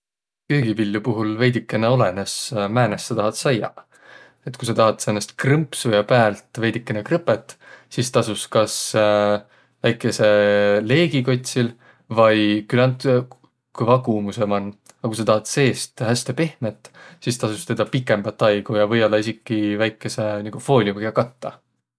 Köögiviljo puhul veidikene olõnõs, määnest sa tahat saiaq. Et ku sa tahat säänest krõmpsu ja päält veidikene krõpõt, sis tasus kas väikese leegi kotsil vai küländ kõva kuumusõ man, a ku sa tahat seest häste pehmet, sis tasos tedä pikembät aigu ja või-ollaq esiki väikese nigu fooliumiga kattaq.